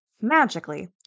magically